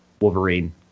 Wolverine